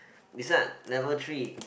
this one level three